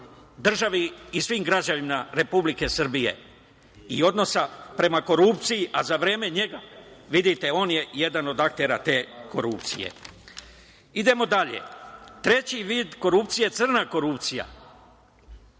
državi i svim građanima Republike Srbije i odnosa prema korupciji, a za vreme njega, vidite, on je jedan od aktera te korupcije. Idemo dalje, treći vid korupcije, crna korupcija.